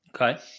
Okay